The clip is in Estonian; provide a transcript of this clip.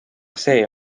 see